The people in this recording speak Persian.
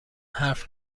حرف